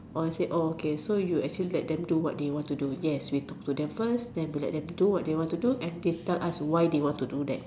all said oh okay so you actually let them what they want to do yes we talk to them first then we let them do what they want to do and they tell us why they want to do that